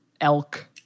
elk